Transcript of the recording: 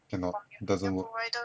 cannot doesn't work